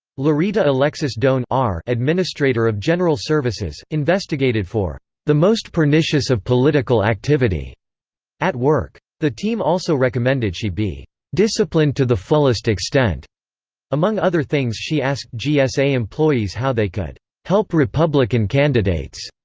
lurita alexis doan administrator of general services, investigated for the most pernicious of political activity at work. the team also recommended she be disciplined to the fullest extent among other things she asked gsa employees how they could help republican candidates.